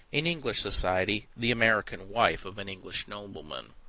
in english society, the american wife of an english nobleman.